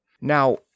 Now